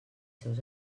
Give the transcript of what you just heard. seus